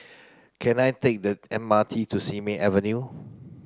can I take the M R T to Simei Avenue